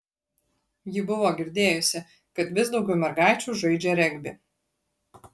ji buvo girdėjusi kad vis daugiau mergaičių žaidžią regbį